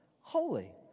Holy